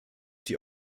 die